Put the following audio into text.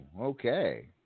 okay